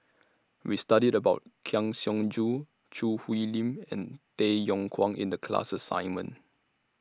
We studied about Kang Siong Joo Choo Hwee Lim and Tay Yong Kwang in The class assignment